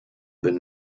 been